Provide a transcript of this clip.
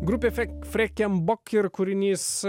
grupė fek freken bok ir kūrinys